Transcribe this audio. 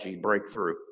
breakthrough